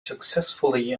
successfully